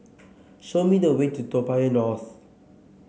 show me the way to Toa Payoh North